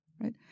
right